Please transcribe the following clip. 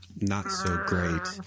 not-so-great